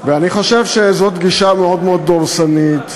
ואני חושב שזו גישה מאוד מאוד דורסנית,